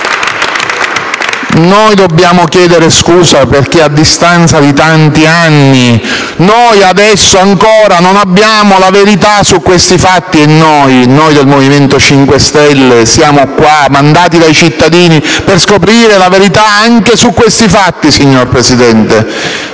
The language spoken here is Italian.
Dobbiamo chiedere scusa perché, a distanza di tanti anni, non abbiamo ancora la verità su questi fatti. Noi del Movimento 5 Stelle siamo qui, mandati dai cittadini, per scoprire la verità anche su questi fatti, signor Presidente.